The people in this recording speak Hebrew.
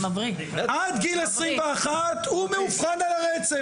עד גיל 21 הוא מאובחן על הרצף.